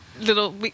little